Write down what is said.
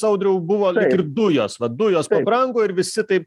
audriau buvo lyg ir dujos vat dujos pabrango ir visi taip